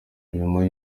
nyuma